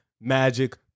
Magic